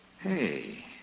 Hey